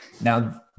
Now